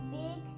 big